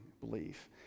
belief